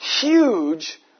huge